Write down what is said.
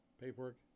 paperwork